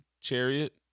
Chariot